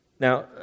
Now